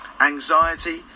Anxiety